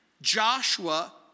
Joshua